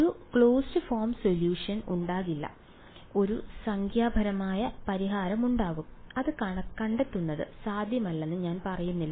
ഒരു closed form solution ഉണ്ടാകില്ല ഒരു സംഖ്യാപരമായ പരിഹാരമുണ്ടാകും അത് കണ്ടെത്തുന്നത് സാധ്യമല്ലെന്ന് ഞാൻ പറയുന്നില്ല